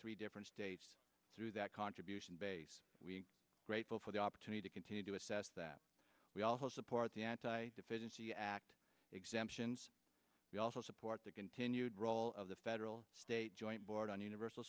three different states through that contribution base we grateful for the opportunity to continue to assess that we also support the anti efficiency act exemptions we also support the continued role of the federal state joint board on universal